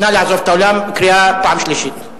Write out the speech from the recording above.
נא לעזוב את האולם, קריאה פעם שלישית.